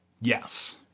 Yes